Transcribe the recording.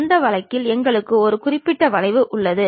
அதில் ஒன்று செங்குத்து கோடு ஆகும்